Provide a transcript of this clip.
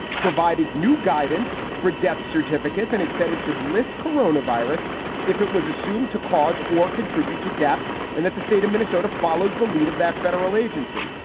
provided new guidance for death certificates and it said it should list corona virus if it was assumed to cause or contribute to death and that the state of minnesota follows the lead of that federal agency.